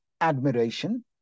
admiration